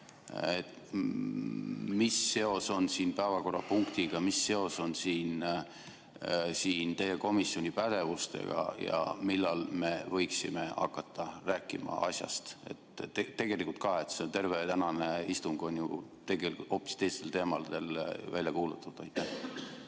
Mis seos on siin päevakorrapunktiga? Mis seos on siin teie komisjoni pädevusega ja millal me võiksime hakata rääkima asjast? Tegelikult on tänane istung ju hoopis teistel teemadel välja kuulutatud. Aitäh!